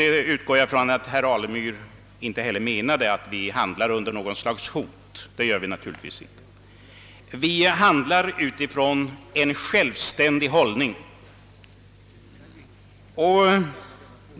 Jag utgår ifrån att herr Alemyr inte menade att vi handlar under något slags hot; det gör vi naturligtvis inte. Vi intar en självständig hållning.